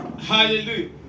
Hallelujah